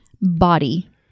body